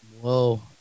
Whoa